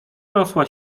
rosła